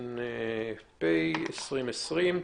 תש"ף-2020.